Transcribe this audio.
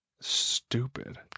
Stupid